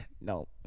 no